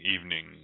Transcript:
evening